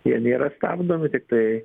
jie nėra stabdomi tiktai